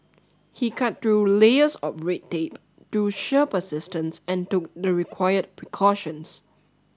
he cut through layers of red tape through sheer persistence and took the required precautions